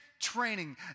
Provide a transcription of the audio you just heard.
training